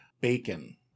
bacon